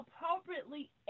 appropriately